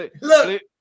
look